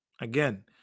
again